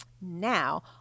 Now